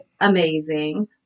amazing